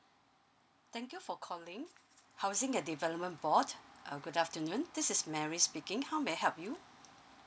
thank you for calling housing and development board uh good afternoon this is mary speaking how may I help you